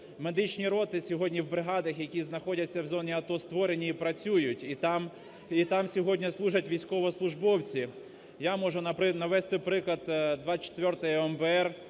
медичні роти сьогодні в бригадах, які знаходяться в зоні АТО створені і працюють і там сьогодні служать військовослужбовці. Я можу навести приклад 24-ї МБР